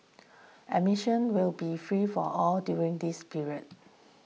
admission will be free for all during this period